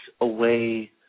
away